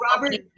Robert